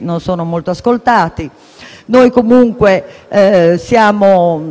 non sono molto ascoltati. Noi comunque siamo